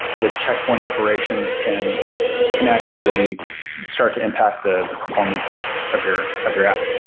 the checkpoint operations can can actually start to impact the the performance of your of your app.